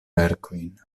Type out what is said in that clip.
verkojn